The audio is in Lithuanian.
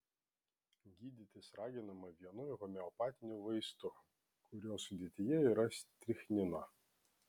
gydytis raginama vienu homeopatiniu vaistu kurio sudėtyje yra strichnino